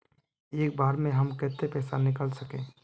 एक बार में हम केते पैसा निकल सके?